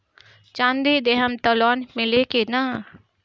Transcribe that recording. चाँदी देहम त लोन मिली की ना?